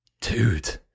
Dude